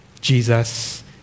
Jesus